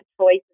choice